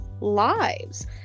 lives